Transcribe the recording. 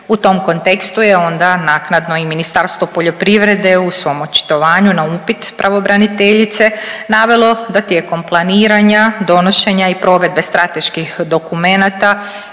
U tom kontekstu je onda naknadno i Ministarstvo poljoprivrede u svom očitovanju na upit pravobraniteljice navelo da tijekom planiranja, donošenja i provedbe strateških dokumenata